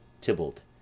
Tybalt